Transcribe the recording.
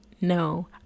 no